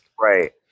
Right